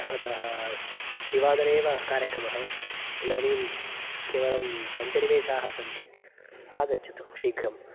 अतः त्रिवादने एव कार्यक्रमः इदानीं केवलं पञ्चनिमेषाः सन्ति आगच्छतु शीघ्रं